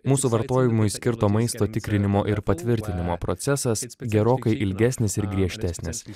mūsų vartojimui skirto maisto tikrinimo ir patvirtinimo procesas gerokai ilgesnis ir griežtesnis